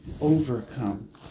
overcome